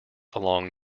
along